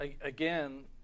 Again